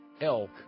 elk